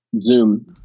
Zoom